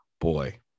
boy